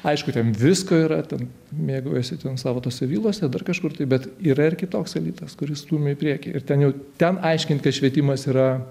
aišku ten visko yra ten mėgaujasi ten savo tose vilose dar kažkur tai bet yra ir kitoks elitas kuris stūmia į priekį ir ten ten aiškint kad švietimas yra